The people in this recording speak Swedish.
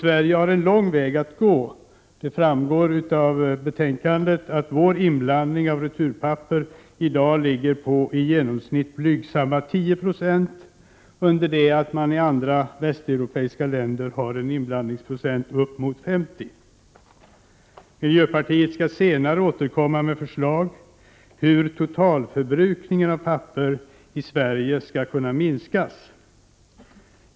Sverige har lång väg att gå. Det framgår av betänkandet. Vår inblandning av returpapper ligger i dag på i genomsnitt blygsamma 10 96, medan andra västeuropeiska länder har uppemot 50 96 inblandning. Vi i miljöpartiet skall senare återkomma med förslag till hur totalförbrukningen av papper i Sverige kan minskas.